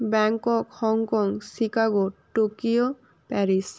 Bangkok Hong Kong Chicago Tokyo Paris